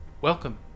Welcome